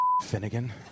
Finnegan